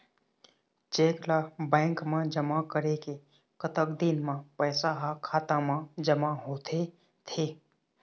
Cheque ला bank मा जमा करे के कतक दिन मा पैसा हा खाता मा जमा होथे थे?